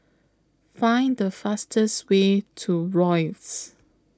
Find The fastest Way to Rosyth